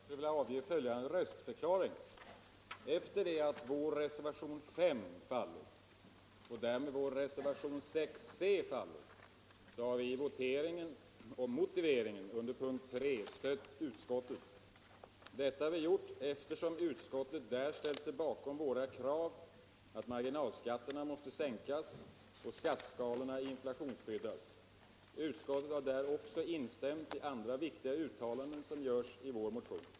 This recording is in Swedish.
Herr talman! Jag skulle vilja avge följande röstförklaring. Efter det att vår reservation 5 och därmed också vår reservation 6 C fallit har vi i voteringen om motiveringen under mom. 3 stött utskottets hemställan. Detta har vi gjort, eftersom utskottsmajoriteten där ställt sig bakom våra krav att marginalskatterna skall sänkas och skatteskalorna inflationsskyddas. Utskottet har där också instämt i andra viktiga uttalanden som görs i vår motion.